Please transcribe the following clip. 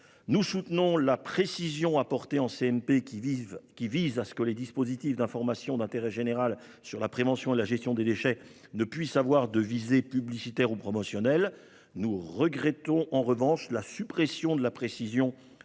Nous soutenons la précision apportée en commission mixte paritaire pour que les dispositifs d'information d'intérêt général sur la prévention et la gestion des déchets ne puissent pas avoir de visée publicitaire ou promotionnelle. Nous regrettons en revanche la suppression de la précision